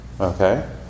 Okay